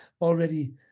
already